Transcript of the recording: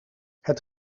het